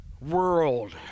world